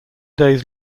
days